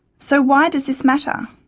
so why does this matter?